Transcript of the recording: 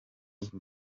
uru